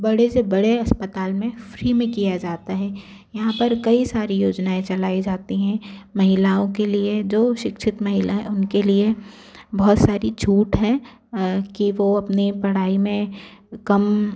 बड़े से बड़े अस्पताल में फ्री में किया जाता है यहाँ पर कई सारी योजनाऍं चलाई जाती हैं महिलाओं के लिए जो शिक्षित महिला हैं उनके लिए बहुत सारी छूट हैं कि वो अपनी पढ़ाई में कम